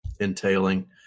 entailing